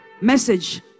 message